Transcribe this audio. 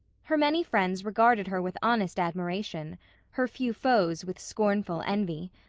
her many friends regarded her with honest admiration her few foes with scornful envy.